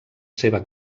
seva